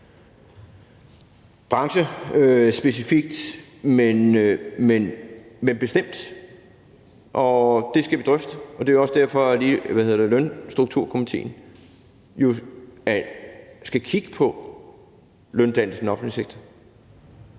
problematik, og det skal vi drøfte, og det er også derfor, at lønstrukturkomitéen skal kigge på løndannelse i den offentlige sektor.